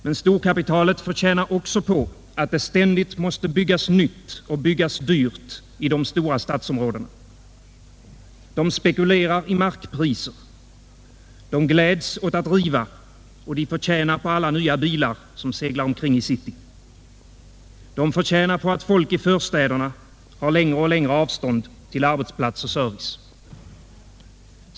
Men storkapitalets företrädare tjänar också på att det ständigt måste byggas nytt och byggas dyrt i de stora stadsområdena. De spekulerar i markpriser. De gläds åt att riva och de förtjänar på alla nya bilar som seglar omkring i city. De förtjänar på att folk i förstäderna har längre och längre avstånd till arbetsplats och service.